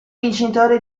vincitore